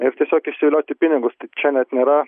ir tiesiog išvilioti pinigus tai čia net nėra